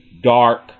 dark